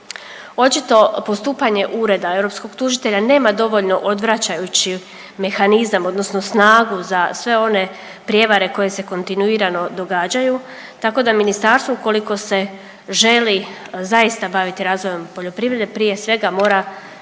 Očito postupanje Ureda europskog tužitelja nema dovoljno odvraćajući mehanizam odnosno snagu za sve one prijevare koje se kontinuirano događaju tako da ministarstvo ukoliko se želi zaista baviti razvojem poljoprivrede prije svega mora